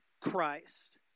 Christ